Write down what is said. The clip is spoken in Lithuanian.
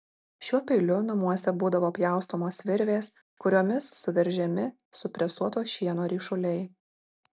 šiuo peiliu namuose būdavo pjaustomos virvės kuriomis suveržiami supresuoto šieno ryšuliai